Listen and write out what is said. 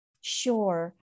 Sure